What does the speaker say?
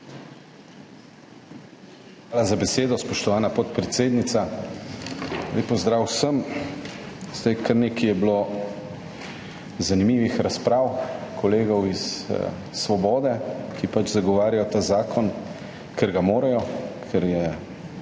Hvala za besedo, spoštovana podpredsednica. Lep pozdrav vsem! Bilo je kar nekaj zanimivih razprav kolegov iz Svobode, ki pač zagovarjajo ta zakon, ker ga morajo, ker je